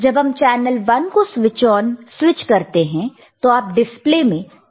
जब हम चैनल 1 को स्विच करते हैं तो आप डिस्प्ले में चैनल 1 देख सकते हैं